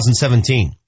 2017